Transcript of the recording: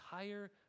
entire